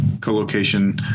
co-location